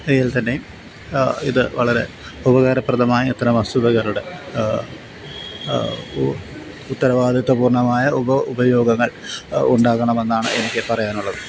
ഇതിൽ തന്നെ ഇത് വളരെ ഉപകാരപ്രദമായ ഇത്തരം വസ്തുതകളുടെ ഉത്തരവാദിത്ത്വപൂർണ്ണമായ ഉപയോഗങ്ങൾ ഉണ്ടാകണമെന്നാണ് എനിക്ക് പറയാനുള്ളത്